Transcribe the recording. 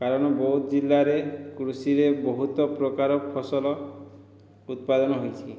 କାରଣ ବୌଦ୍ଧ ଜିଲ୍ଲାରେ କୃଷିରେ ବହୁତ ପ୍ରକାର ଫସଲ ଉତ୍ପାଦନ ହୋଇଛି